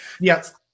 Yes